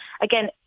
again